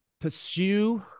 pursue